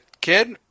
kid